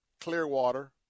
Clearwater